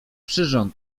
przyrząd